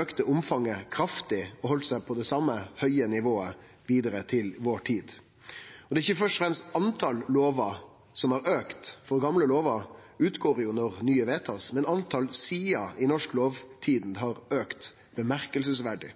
auka omfanget kraftig og har halde seg på det same høge nivået vidare til vår tid. Det er ikkje først og fremst talet på lover som har auka, for gamle lover utgår jo når nye blir vedtatt, men sidetalet i Norsk Lovtidend har